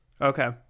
okay